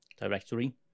directory